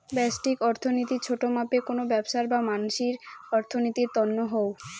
ব্যষ্টিক অর্থনীতি ছোট মাপে কোনো ব্যবছার বা মানসির অর্থনীতির তন্ন হউ